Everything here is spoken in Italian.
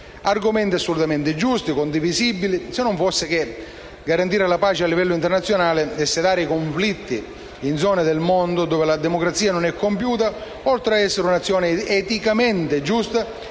Argomenti assolutamente giusti e condivisibili se non fosse che, garantire la pace al livello internazionale e sedare i conflitti in zone del mondo dove la democrazia non è compiuta oltre ad essere un'azione eticamente giusta